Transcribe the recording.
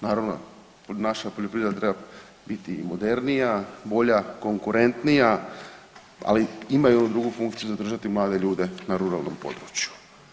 Naravno naša poljoprivreda treba biti i modernija, bolja, konkurentnija ali imaju onu drugu funkciju zadržati male ljude na ruralnom području.